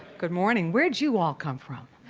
good morning. where'd you all come from?